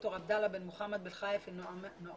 דוקטור עבדאללה בן מוחמד אל נועיימי